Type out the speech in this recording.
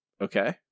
Okay